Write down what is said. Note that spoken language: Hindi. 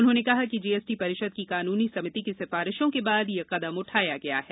उन्होंने कहा कि जीएसटी परिषद की कानूनी समिति की सिफारिशों के बाद यह कदम उठाया गया है